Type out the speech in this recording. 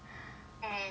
mm